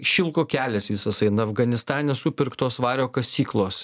šilko kelias visas eina afganistane supirktos vario kasyklos